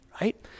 right